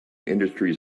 industries